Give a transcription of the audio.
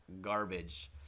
garbage